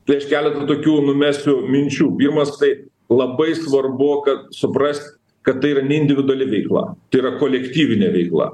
tai aš keletą tokių numesiu minčių pirmas tai labai svarbu kad supras kad tai yra ne individuali veikla tai yra kolektyvinė veikla